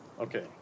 Okay